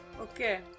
Okay